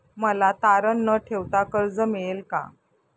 मला तारण न ठेवता कर्ज मिळेल का?